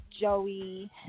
Joey